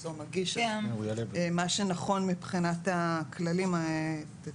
או מגיש עזרה ראשונה - מה שנכון מבחינת הכללים תתקנו.